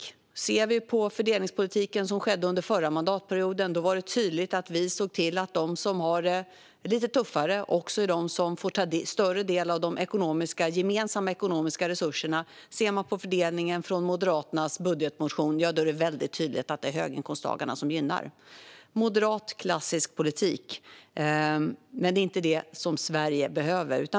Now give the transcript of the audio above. Om man ser på den fördelningspolitik som fördes under förra mandatperioden märker man tydligt att vi såg till att de som har det lite tuffare också är de som får ta en större del av de gemensamma ekonomiska resurserna. Om man ser på fördelningen i Moderaternas budgetmotion är det väldigt tydligt att det är höginkomsttagarna som gynnas. Det är klassisk moderat politik, men det är inte det som Sverige behöver.